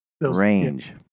range